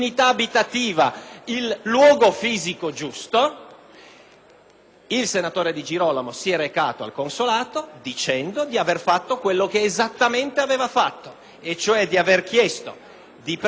il senatore Di Girolamo si è recato al consolato dicendo di aver fatto quello che esattamente aveva fatto, e cioè di avere preso residenza ad un certo indirizzo,